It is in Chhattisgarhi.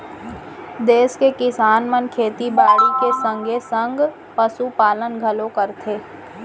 देस के किसान मन खेती बाड़ी के संगे संग पसु पालन घलौ करथे